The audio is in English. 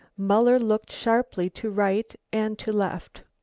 muller looked sharply to right and to left.